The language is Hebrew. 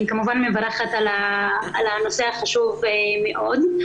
אני כמובן מברכת על הנושא החשוב מאוד.